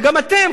וגם אתם,